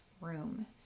room